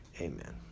Amen